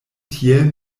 tiel